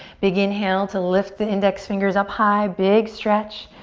big inhale to lift the index fingers up high. big stretch.